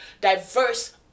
diverse